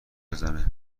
بزنه